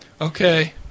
Okay